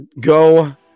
Go